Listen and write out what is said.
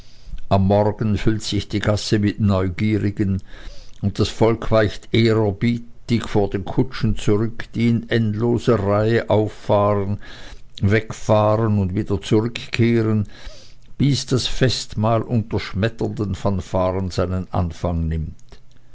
am morgen füllt sich die gasse mit neugierigen und das volk weicht ehrerbietig vor den kutschen zurück die in endloser reihe auffahren wegfahren und wieder zurückkehren bis das festmahl unter schmetternden fanfaren seinen anfang nimmt